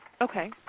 Okay